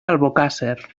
albocàsser